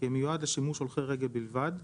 כמיועד לשימוש הולכי רגל בלבד,